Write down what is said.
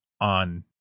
on